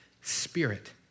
spirit